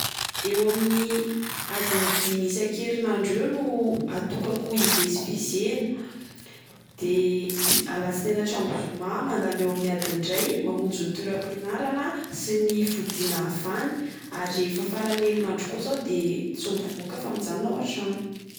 Eo amin'ny adiny dimy isak'erinadro eo no atokako ivezivezena. De alatsinainy hatramin'ny zoma aho mandany eo amin'ny adiny iray, mamonjy ny toeram-pianarana sy ny fodiana avy any. Ary rehefa faran'ny erinandro kosa aho de tsy mivôka fa mijanona ao an-trano.